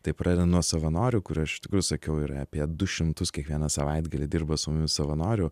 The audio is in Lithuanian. tai pradedant nuo savanorių kurių aš iš tikrųjų sakiau yra apie du šimtus kiekvieną savaitgalį dirba su mumis savanorių